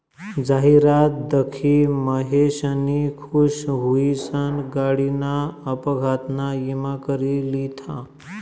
जाहिरात दखी महेशनी खुश हुईसन गाडीना अपघातना ईमा करी लिधा